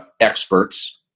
experts